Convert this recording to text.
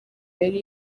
yari